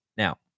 Now